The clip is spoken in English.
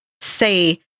say